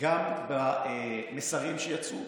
וגם במסרים שיצאו,